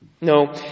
No